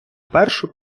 першу